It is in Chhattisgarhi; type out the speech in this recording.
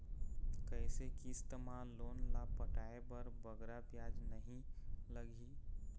कइसे किस्त मा लोन ला पटाए बर बगरा ब्याज नहीं लगही?